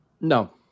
No